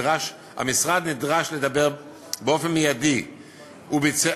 המשרד נדרש לדבר מייד וביצע